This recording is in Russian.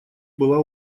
была